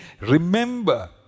remember